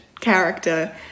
character